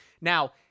Now